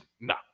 no